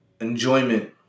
enjoyment